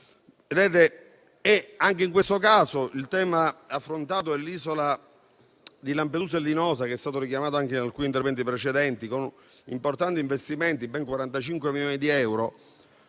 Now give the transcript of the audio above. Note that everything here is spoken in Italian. Anche in questo caso, il tema affrontato sono le isole di Lampedusa e Linosa, che è stato richiamato anche in alcuni interventi precedenti, con importanti investimenti: ben 45 milioni di euro.